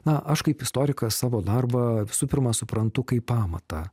na aš kaip istorikas savo darbą visų pirma suprantu kaip amatą